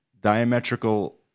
diametrical